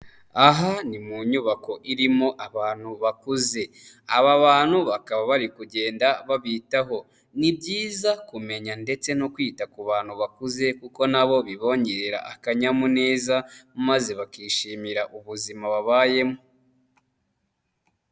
Aha n'imunyubako irimo abantu bakuze, aba bantu bakaba bari kugenda babitaho ni byiza kumenya ndetse no kwita ku bantu bakuze kuko nabo bibongerera akanyamuneza maze bakishimira ubuzima babayemo.